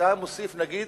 שאתה מוסיף, נגיד,